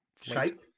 shape